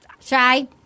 Shy